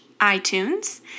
iTunes